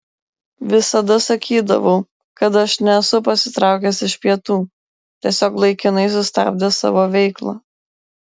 visada sakydavau kad aš nesu pasitraukęs iš pietų tiesiog laikinai sustabdęs savo veiklą